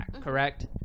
correct